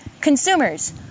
consumers